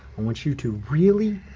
want you to really.